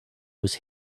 was